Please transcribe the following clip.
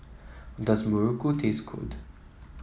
does Muruku taste good